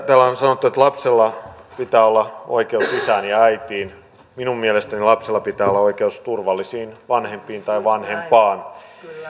täällä on sanottu että lapsella pitää olla oikeus isään ja äitiin minun mielestäni lapsella pitää olla oikeus turvallisiin vanhempiin tai vanhempaan